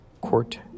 Court